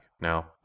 Now